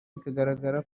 bikagaragara